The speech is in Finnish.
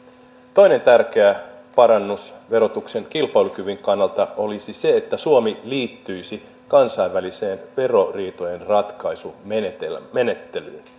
toinen tärkeä parannus verotuksen kilpailukyvyn kannalta olisi se että suomi liittyisi kansainväliseen veroriitojen ratkaisumenettelyyn